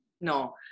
No